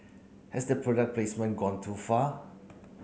has the product placement gone too far